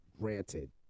granted